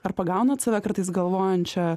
ar pagaunat save kartais galvojančią